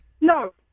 No